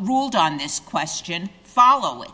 ruled on this question follow i